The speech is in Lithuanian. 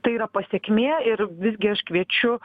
tai yra pasekmė ir visgi aš kviečiu